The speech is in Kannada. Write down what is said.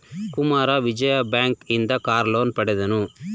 ಕುಮಾರ ವಿಜಯ ಬ್ಯಾಂಕ್ ಇಂದ ಕಾರ್ ಲೋನ್ ಪಡೆದನು